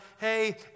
hey